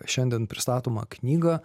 šiandien pristatomą knygą